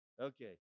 Okay